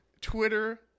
Twitter